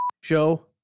show